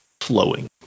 flowing